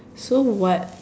so what